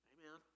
Amen